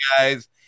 guys